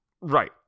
Right